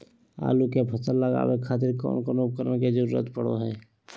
आलू के फसल लगावे खातिर कौन कौन उपकरण के जरूरत पढ़ो हाय?